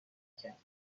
کرد